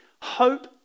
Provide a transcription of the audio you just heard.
Hope